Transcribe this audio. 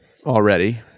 already